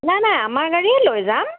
নাই নাই আমাৰ গাড়ীয়েই লৈ যাম